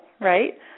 right